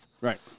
right